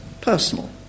personal